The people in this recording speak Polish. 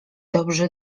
dobrzy